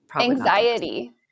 anxiety